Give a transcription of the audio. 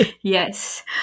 Yes